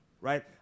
right